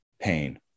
pain